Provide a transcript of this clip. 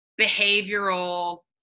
behavioral